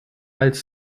als